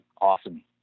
Awesome